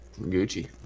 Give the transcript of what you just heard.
Gucci